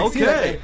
Okay